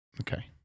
Okay